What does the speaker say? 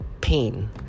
pain